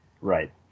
Right